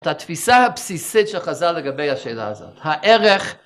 את התפיסה הבסיסית שחזר לגבי השאלה הזאת. הערך...